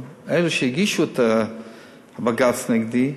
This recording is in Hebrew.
אבל אלה שהגישו את הבג"ץ נגדי,